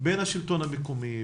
בין השלטון המקומי,